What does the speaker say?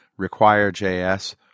RequireJS